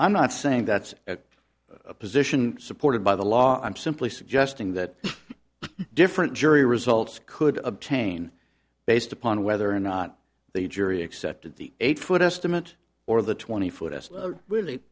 i'm not saying that's a position supported by the law i'm simply suggesting that different jury results could obtain based upon whether or not they jury accepted the eight foot estimate or the twenty fo